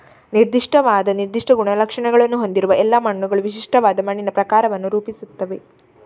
ನಿರ್ದಿಷ್ಟವಾದ ನಿರ್ದಿಷ್ಟ ಗುಣಲಕ್ಷಣಗಳನ್ನು ಹೊಂದಿರುವ ಎಲ್ಲಾ ಮಣ್ಣುಗಳು ವಿಶಿಷ್ಟವಾದ ಮಣ್ಣಿನ ಪ್ರಕಾರವನ್ನು ರೂಪಿಸುತ್ತವೆ